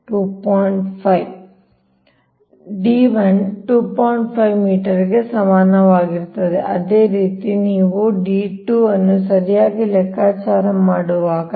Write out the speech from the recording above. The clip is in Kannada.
5 ಮೀಟರ್ಗೆ ಸಮಾನವಾಗಿರುತ್ತದೆ ಅದೇ ರೀತಿ ನೀವು d2 d2 ಅನ್ನು ಸರಿಯಾಗಿ ಲೆಕ್ಕಾಚಾರ ಮಾಡುವಾಗ